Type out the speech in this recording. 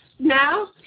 now